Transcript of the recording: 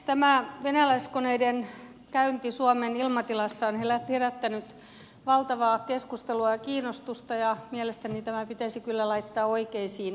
tämä venäläiskoneiden käynti suomen ilmatilassa on herättänyt valtavaa keskustelua ja kiinnostusta ja mielestäni tämä pitäisi kyllä laittaa oikeisiin mittasuhteisiin